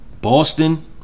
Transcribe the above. boston